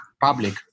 public